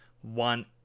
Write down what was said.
one